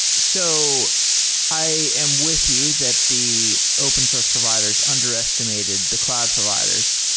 so i am with you that the open source providers underestimated the cloud providers.